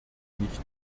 nicht